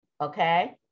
okay